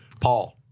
Paul